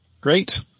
Great